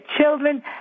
children